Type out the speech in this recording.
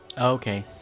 Okay